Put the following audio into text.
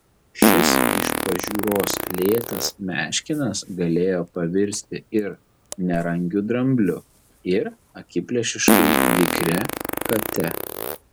šis iš pažiūros lėtas meškinas galėjo pavirsti ir nerangiu drambliu ir akiplėšiškai vikria kate